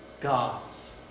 gods